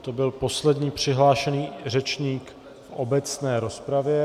To byl poslední přihlášený řečník v obecné rozpravě.